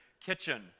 kitchen